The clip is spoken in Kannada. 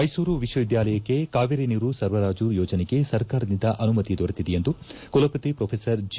ಮೈಸೂರು ವಿಶ್ವ ವಿದ್ವಾಲಯಕ್ಕೆ ಕಾವೇರಿ ನೀರು ಸರಬರಾಜು ಯೋಜನೆಗೆ ಸರ್ಕಾರದಿಂದ ಅನುಮತಿ ದೊರೆತಿದೆ ಎಂದು ಕುಲಪತಿ ಪೊಪೆಸರ್ ಜಿ